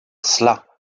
cela